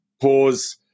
pause